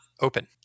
open